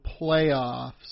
playoffs